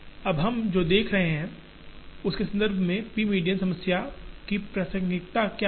अब हम जो देख रहे हैं उसके संदर्भ में पी मीडियन समस्या की प्रासंगिकता क्या है